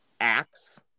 acts